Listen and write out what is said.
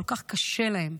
כל כך קשה להם,